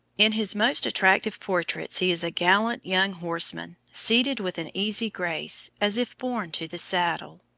in his most attractive portraits he is a gallant young horseman, seated with an easy grace, as if born to the saddle.